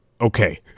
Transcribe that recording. Okay